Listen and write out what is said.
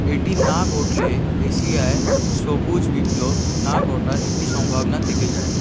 এটি না ঘটলে এশিয়ায় সবুজ বিপ্লব না ঘটার একটি সম্ভাবনা থেকে যায়